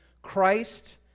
Christ